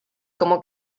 como